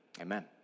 Amen